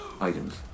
items